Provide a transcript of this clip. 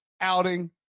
outing